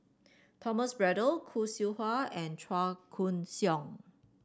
Thomas Braddell Khoo Seow Hwa and Chua Koon Siong